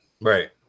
Right